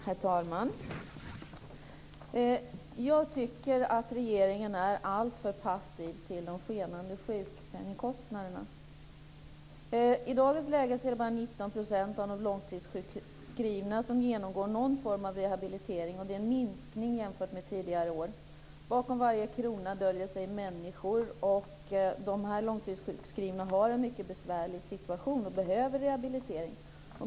Herr talman! Jag tycker att regeringen är alltför passiv till de skenande sjukpenningskostnaderna. I dagens läge är det bara 19 % av de långtidssjukskrivna som genomgår någon form av rehabilitering, vilket är en minskning jämfört med tidigare år. Bakom varje krona döljer sig människor, och dessa långtidssjukskrivna har en mycket besvärlig situation och behöver rehabilitering.